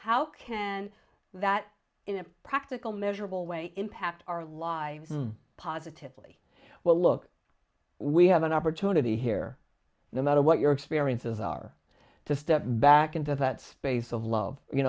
how can that in a practical measurable way impact our lives positively well look we have an opportunity here no matter what your experiences are to step back into that space of love you